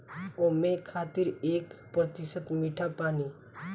ओमें खातिर एक प्रतिशत मीठा पानी